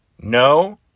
No